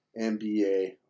NBA